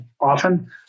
often